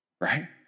Right